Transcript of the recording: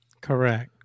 correct